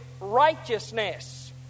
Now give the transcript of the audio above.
righteousness